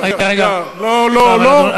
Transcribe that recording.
אדוני השר, לא דומה.